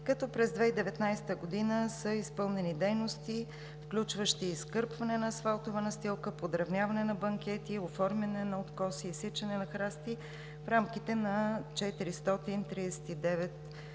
като през 2019 г. са изпълнени дейности, включващи изкърпване на асфалтовата настилка, подравняване на банкети, оформяне на откоси, изсичане на храсти в рамките на 439 хил.